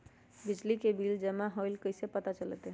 बिजली के बिल जमा होईल ई कैसे पता चलतै?